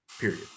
period